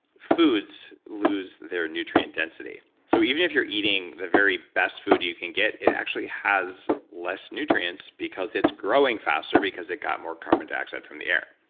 foods lose their nutrient density. so, even if you're eating the very best food you can get, it actually has less nutrients because it's growing faster because it got more carbon dioxide from the air.